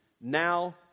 now